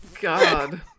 God